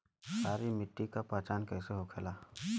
सारी मिट्टी का पहचान कैसे होखेला?